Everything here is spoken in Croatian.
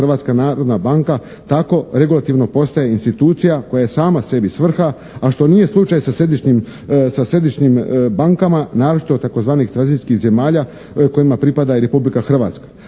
Hrvatska narodna banka tako regulativno postaje institucija koja je sama sebi svrha a što nije slučaj sa središnjim bankama naročito tzv. tranzicijskih zemalja kojima pripada i Republika Hrvatska.